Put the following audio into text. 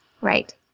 right